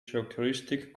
characteristic